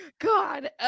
God